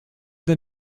der